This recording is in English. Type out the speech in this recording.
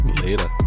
later